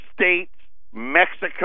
States-Mexico